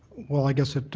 well, i guess it